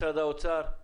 משרד האוצר?